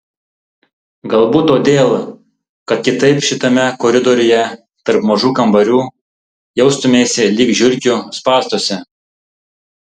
galbūt todėl kad kitaip šitame koridoriuje tarp mažų kambarių jaustumeisi lyg žiurkių spąstuose